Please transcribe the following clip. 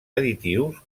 additius